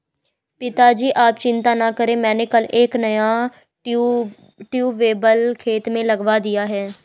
पिताजी आप चिंता ना करें मैंने कल एक नया ट्यूबवेल खेत में लगवा दिया है